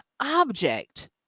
object